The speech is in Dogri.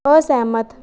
असैह्मत